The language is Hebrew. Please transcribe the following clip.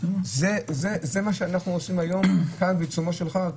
זה מה שאנחנו עושים היום כאן בעיצומו של חג?